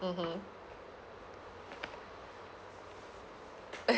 mmhmm